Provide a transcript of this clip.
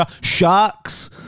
sharks